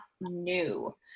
new